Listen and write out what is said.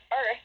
earth